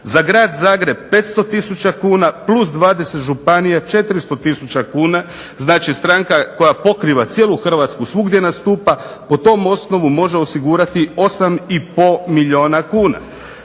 Za grad Zagreb 500 tisuća kuna, plus 20 županija, 400 tisuća kuna, znači stranka koja pokriva cijelu Hrvatsku, svugdje nastupa po tom osnovu može osigurati 8,5 milijuna kuna.